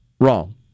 wrong